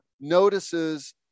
notices